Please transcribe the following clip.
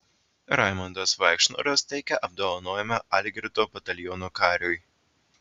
raimundas vaikšnoras teikia apdovanojimą algirdo bataliono kariui